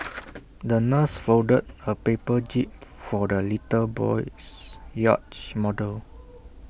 the nurse folded A paper jib for the little boy's yacht model